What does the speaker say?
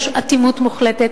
יש אטימות מוחלטת.